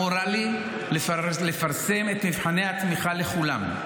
המורה לי לפרסם את מבחני התמיכה לכולם?